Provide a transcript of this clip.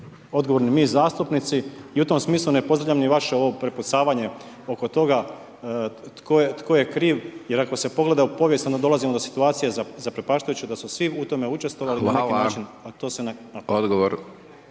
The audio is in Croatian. odgovorni mi zastupnici. I u tom smislu ne pozdravljam ni vaše ovo prepucavanje oko toga tko je kriv jer ako se pogleda u povijest onda dolazimo do situacije zaprepašćujuće da su svi u tome učestvovali na neki